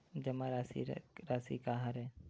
जमा राशि राशि का हरय?